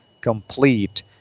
complete